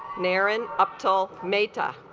marin uptill meta